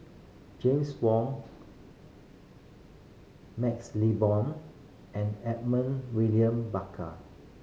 James Wong MaxLe Bond and Edmund William Barkar